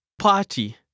party